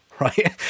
Right